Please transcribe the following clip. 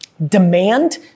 Demand